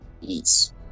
Peace